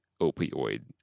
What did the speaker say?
opioid